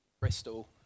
Bristol